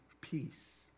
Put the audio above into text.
peace